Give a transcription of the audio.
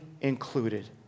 included